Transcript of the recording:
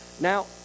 Now